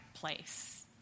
place